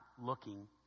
looking